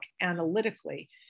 analytically